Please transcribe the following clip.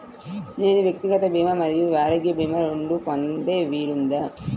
నేను వ్యక్తిగత భీమా మరియు ఆరోగ్య భీమా రెండు పొందే వీలుందా?